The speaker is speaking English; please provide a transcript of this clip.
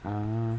ah